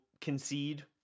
concede